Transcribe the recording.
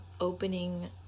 opening